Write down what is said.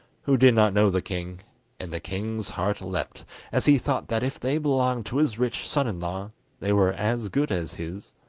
who did not know the king and the king's heart leapt as he thought that if they belonged to his rich son-in-law they were as good as his.